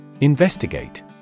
Investigate